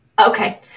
Okay